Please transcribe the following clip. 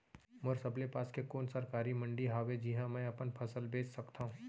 मोर सबले पास के कोन सरकारी मंडी हावे जिहां मैं अपन फसल बेच सकथव?